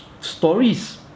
stories